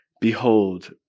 Behold